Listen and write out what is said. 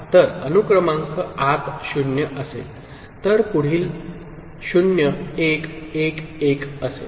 तर अनुक्रमांक आत 0 असेल तर पुढील मूल्य 0 1 1 1 असेल